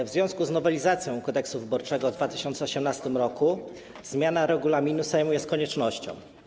W związku z nowelizacją Kodeksu wyborczego w 2018 r. zmiana regulaminu Sejmu jest koniecznością.